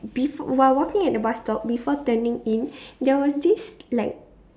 bef~ while walking at the bus stop before turning in there was this like